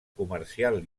comercial